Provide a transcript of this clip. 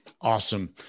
Awesome